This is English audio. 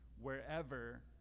wherever